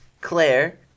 Claire